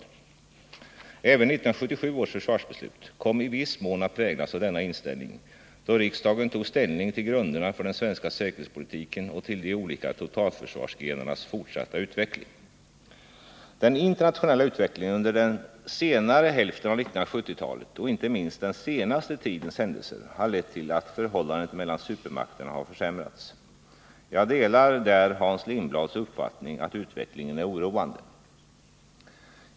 Även 1977 års försvarsbeslut kom i viss mån att präglas av denna inställning, då riksdagen tog ställning till grunderna för den svenska säkerhetspolitiken och till de olika totalförsvarsgrenarnas fortsatta utveckling. Den internationella utvecklingen under den senare hälften av 1970-talet och inte minst den senaste tidens händelser har lett till att förhållandet mellan supermakterna har försämrats. Jag delar där Hans Lindblads uppfattning att utvecklingen är oroande.